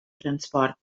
transport